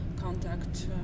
contact